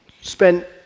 spent